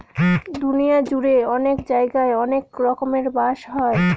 দুনিয়া জুড়ে অনেক জায়গায় অনেক রকমের বাঁশ হয়